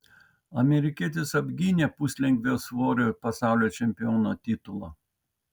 amerikietis apgynė puslengvio svorio pasaulio čempiono titulą